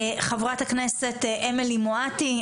חברת הכנסת אמילי מואטי,